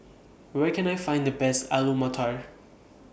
Where Can I Find The Best Alu Matar